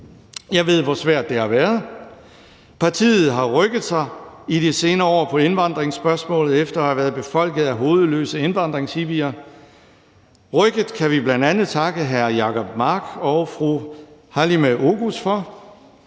Jeg ved, hvor svært det har været. Partiet har rykket sig i de senere år i indvandringsspørgsmålet efter at have været befolket af hovedløse indvandringshippier. Rykket kan vi bl.a. takke hr. Jacob Mark og fru Halime Oguz for.